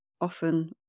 often